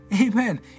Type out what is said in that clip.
Amen